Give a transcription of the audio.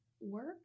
work